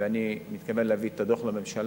ואני מתכוון להביא את הדוח לממשלה,